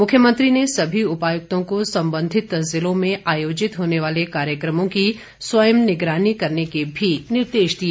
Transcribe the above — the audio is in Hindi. उन्होंने सभी उपायुक्तों को संबंधित जिलों में आयोजित होने वाले कार्यक्रमों की स्वयं निगरानी करने के भी निर्देश दिए